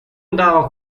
andava